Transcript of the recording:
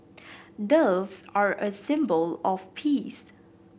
doves are a symbol of peace